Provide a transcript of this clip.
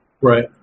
Right